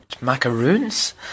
Macaroons